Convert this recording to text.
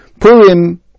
Purim